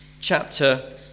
Chapter